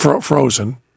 frozen